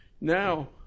Now